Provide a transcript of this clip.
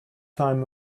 time